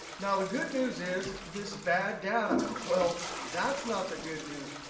now, the good news is this bad data. well, that's not the good news.